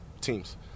teams